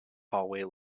hallway